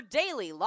daily